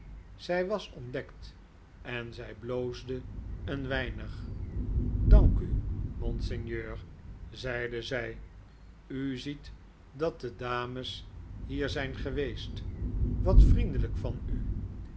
zij was ontdekt en zij bloosde een weinig dank u monseigneur zeide zij u ziet dat de dames hier zijn geweest wat vriendelijk van u